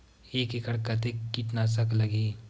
एक एकड़ कतेक किट नाशक लगही?